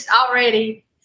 already